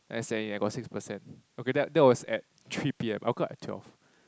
then I send in I got six percent okay that that was at three p_m I woke up at twelve